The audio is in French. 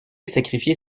sacrifier